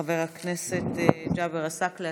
חבר הכנסת ג'אבר עסאקלה,